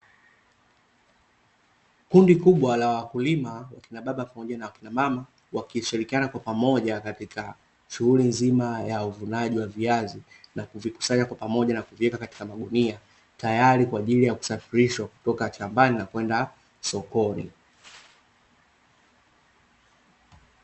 Kundi kubwa la wakulima wakina baba pamoja na wakina mama, wakishirikiana kwa pamoja katika shughuli nzima ya uvunaji wa viazi na kuvikusanya kwa pamoja na kuviweka katika magunia, tayari kwa ajili yakusafirishwa kutoka shambani na kwenda sokoni.